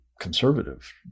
conservative